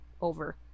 Over